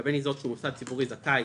לגבי ניזוק שהוא מוסד ציבורי זכאי,